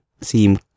seem